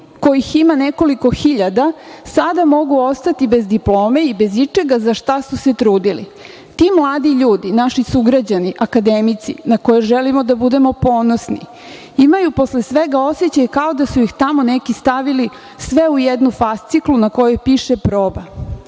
kojih ima nekoliko hiljada sada mogu ostati bez diplome i bez ičega za šta su se trudili. Ti mladi ljudi, naši sugrađani, akademici, na koje želimo da budemo ponosni, imaju posle svega osećaj kao da su ih tamo neki stavili sve u jednu fasciklu na kojoj piše